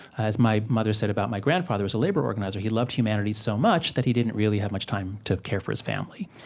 as my mother said about my grandfather, was a labor organizer, he loved humanity so much that he didn't really have much time to care for his family.